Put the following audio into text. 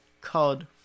called